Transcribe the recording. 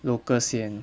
local 先